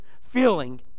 feeling